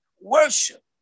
worship